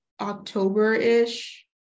October-ish